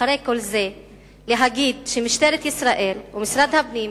אחרי כל זה להגיד שמשטרת ישראל ומשרד הפנים